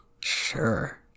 Sure